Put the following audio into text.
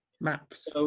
Maps